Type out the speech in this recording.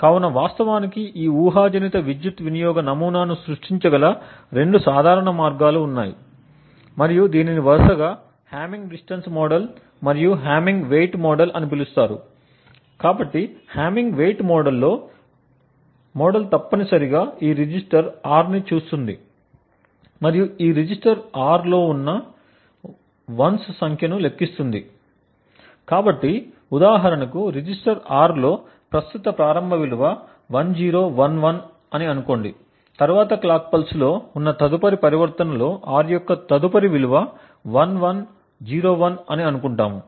కావున వాస్తవానికి ఈ ఊహాజనిత విద్యుత్ వినియోగ నమూనాను సృష్టించగల రెండు సాధారణ మార్గాలు ఉన్నాయి మరియు దీనిని వరుసగా హామ్మింగ్ డిస్టన్స్ మోడల్ మరియు హామ్మింగ్ వెయిట్ మోడల్ అని పిలుస్తారు కాబట్టి హామ్మింగ్ వెయిట్ మోడల్ లో మోడల్ తప్పనిసరిగా ఈ రిజిస్టర్ R ని చూస్తుంది మరియు ఈ రిజిస్టర్ R లో ఉన్న 1 ల సంఖ్య ను లెక్కిస్తుంది కాబట్టి ఉదాహరణకు రిజిస్టర్ R లో ప్రస్తుత ప్రారంభ విలువ 1011 అని అనుకోండి తరువాతి క్లాక్ పల్స్లో ఉన్న తదుపరి పరివర్తనలో R యొక్క తదుపరి విలువ 1101 అని అనుకుంటాము